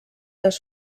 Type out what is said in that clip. les